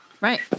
Right